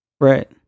Right